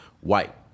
White